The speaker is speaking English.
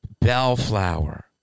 bellflower